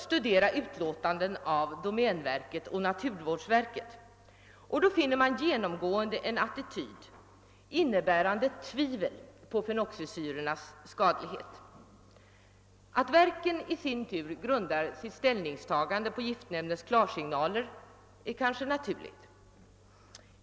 Studerar man utlåtanden från domänverket och naturvårdsverket, finner man genomgående en attityd som innebär tvivel på fenoxisyrornas skadlighet. Att verken i sin tur grundar sitt ställningstagande på giftnämndens klarsignaler är kanske naturligt.